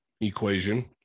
equation